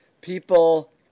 people